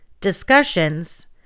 Discussions